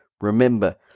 Remember